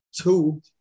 Two